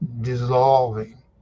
dissolving